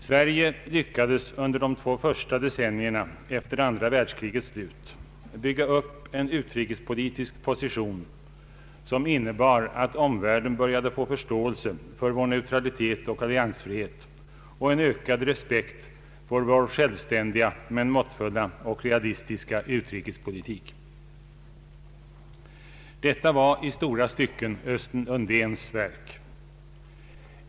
Sverige lyckades under de två första decennierna efter det andra världskrigets slut bygga upp en utrikespolitisk position som innebar att omvärlden började få förståelse för vår neutralitet och alliansfrihet och en ökad respekt för vår självständiga men måttfulla och realistiska utrikespolitik. Detta var i stora stycken Östen Undéns verk.